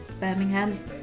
Birmingham